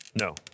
no